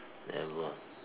never